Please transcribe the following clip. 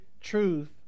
truth